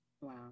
wow